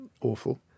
awful